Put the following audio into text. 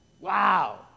Wow